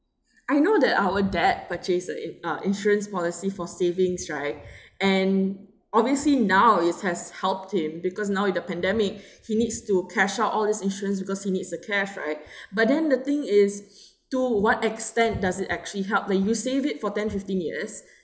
I know that our dad purchased uh in uh insurance policy for savings right and obviously now it has helped him because now with the pandemic he needs to cash out all this insurance because he needs the cash right but then the thing is to what extent does it actually help like you save it for ten fifteen years